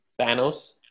thanos